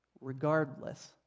regardless